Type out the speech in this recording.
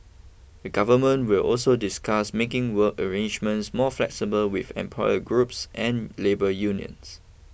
the Government will also discuss making work arrangements more flexible with employer groups and labour unions